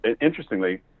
interestingly